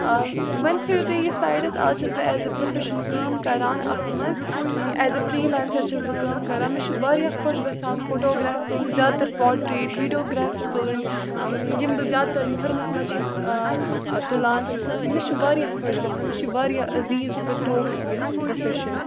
ؤنۍ تھٲیِو تُہۍ یہِ سایڈَس آز چھَس بہٕ ایز اےٚ پرٛوفٮ۪شَن کٲم کَران اَتھ منٛز ایز اےٚ فرٛیٖلیسَر چھَس بہٕ کٲم کَران مےٚ چھُ واریاہ خۄش گَژھان فوٹوگرٛاف تُلٕنۍ زیادٕ تَر پاٹرٛیٹ ویٖڈیوگرٛیفٕس تُلٕنۍ یِم بہٕ زیادٕ تَر محرمَس منٛز چھَس تُلان مےٚ چھُ واریاہ خۄش گَژھان مےٚ چھِ واریاہ عزیٖز تہٕ ٹوٹھ یہِ پرٛوفیشَن